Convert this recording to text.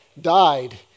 died